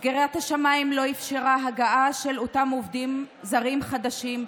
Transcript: סגירת השמיים לא אפשרה הגעה של עובדים זרים חדשים,